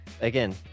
again